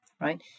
right